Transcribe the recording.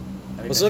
I mean the